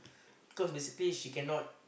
cause basically she cannot